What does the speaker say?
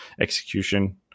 execution